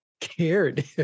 cared